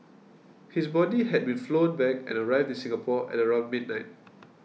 his body had been flown back and arrived in Singapore at around midnight